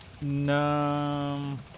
No